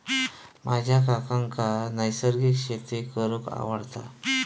माझ्या काकांका नैसर्गिक शेती करूंक आवडता